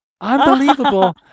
Unbelievable